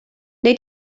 wnei